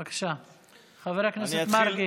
בבקשה, חבר הכנסת מרגי.